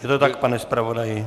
Je to tak, pane zpravodaji?